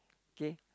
okay